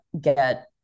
get